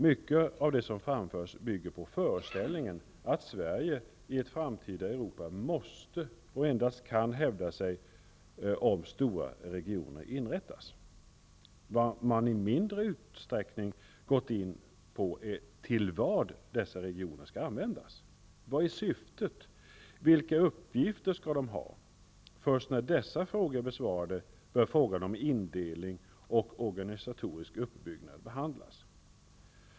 Mycket av det som framförs bygger på föreställningen att Sverige i ett framtida Europa måste och endast kan hävda sig om stora regioner inrättas. Vad man i mindre utsträckning gått in på är till vad dessa regioner skall användas. Vad är syftet? Vilka uppgifter skall de ha? Först när dessa frågor är besvarade bör frågan om indelning och organisatorisk uppbyggnad behandlas.